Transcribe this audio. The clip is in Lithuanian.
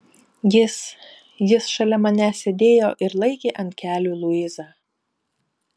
jis jis šalia manęs sėdėjo ir laikė ant kelių luizą